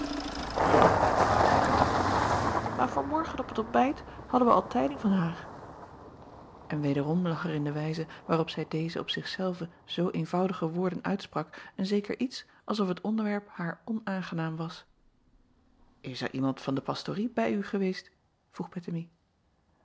een zeî atoo maar van morgen op t ontbijt hadden wij al tijding van haar n wederom lag er in de wijze waarop zij deze op zich zelve zoo eenvoudige woorden uitsprak een zeker iets als of het onderwerp haar onaangenaam was s er iemand van de pastorie bij u geweest vroeg ettemie